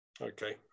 Okay